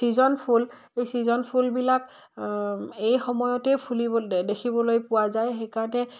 season ফুল এই ছিজন ফুলবিলাক এই সময়তেই ফুলিব দেখিবলৈ পোৱা যায় সেইকাৰণে